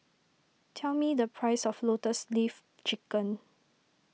tell me the price of Lotus Leaf Chicken